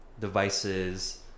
devices